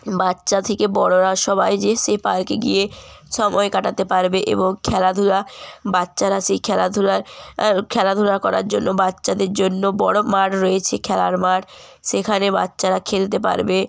বাচ্চা থেকে বড়োরা সবাই যেয়ে সে পার্কে গিয়ে সময় কাটাতে পারবে এনং খেলাধুলা বাচ্চারা সেই খেলাধুলার আর খেলাধুলা করার জন্য বাচ্চাদের জন্য বড়ো মাঠ রয়েছে খেলার মাঠ সেখানে বাচ্চারা খেলতে পারবে